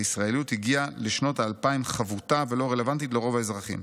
והישראליות הגיעה לשנות האלפיים חבוטה ולא רלוונטית לרוב האזרחים.